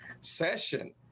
session